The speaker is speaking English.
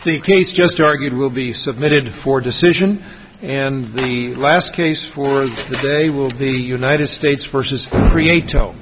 the case just argued will be submitted for decision and the last case for the day will be united states versus create